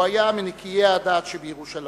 הוא היה מנקיי הדעת שבירושלים.